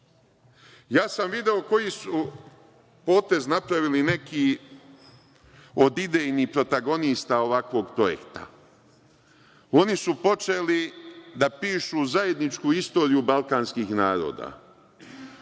sam koji su potez napravili neki od idejnih protagonista ovakvog projekta. Oni su počeli da pišu zajedničku istoriju balkanskih naroda,